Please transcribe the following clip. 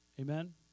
Amen